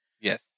yes